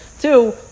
two